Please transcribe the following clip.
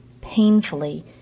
painfully